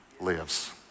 lives